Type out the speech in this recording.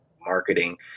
marketing